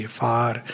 far